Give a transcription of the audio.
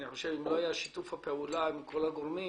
אני חושב שאם לא היה שיתוף הפעולה עם כל הגורמים,